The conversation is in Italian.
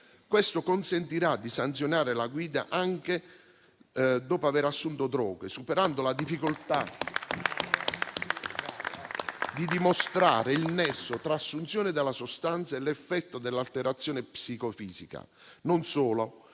Questo consentirà di sanzionare la guida anche dopo aver assunto droghe, superando la difficoltà di dimostrare il nesso tra assunzione della sostanza e l'effetto dell'alterazione psicofisica.